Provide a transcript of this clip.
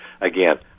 again